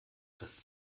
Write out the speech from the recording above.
das